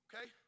Okay